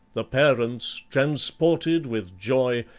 the parents, transported with joy,